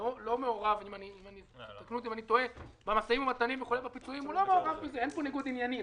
מעורב במשא ומתן ובפיצויים, אין פה ניגוד עניינים.